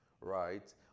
Right